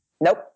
Nope